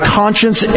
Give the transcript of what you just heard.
conscience